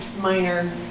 minor